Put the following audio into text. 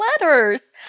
letters